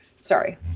Sorry